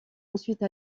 ensuite